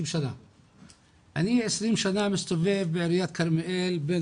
אני 20 שנה מסתובב בעיריית כרמיאל בין